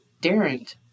daren't